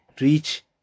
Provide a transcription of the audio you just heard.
reach